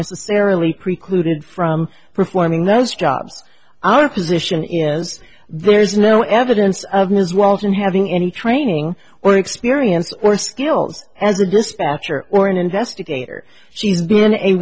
necessarily precluded from performing those jobs our position is there's no evidence of ms walton having any training or experience or skills as a dispatcher or an investigator she's been a